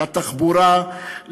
לתחבורה,